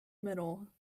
middle